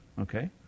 okay